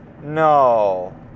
No